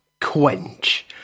Quench